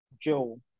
Joe